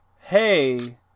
hey